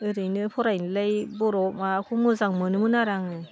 ओरैनो फरायनोलाय बर' माबाखौ मोजां मोनोमोन आरो आङो